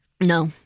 No